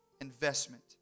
investment